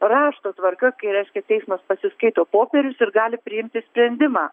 rašto tvarka kai reiškia teismas pasiskaito popierius ir gali priimti sprendimą